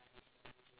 okay